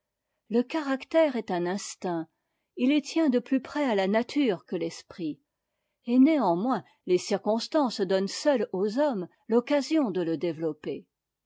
le caractère est un instinct il tient de plus près à la nature que l'esprit et néanmoins les circonstances donnent seules aux hommes l'occasion de le déve